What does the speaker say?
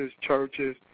churches